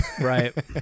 Right